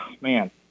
man